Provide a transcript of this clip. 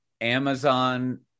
Amazon